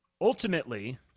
ultimately